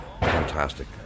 fantastic